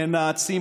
מנאצים,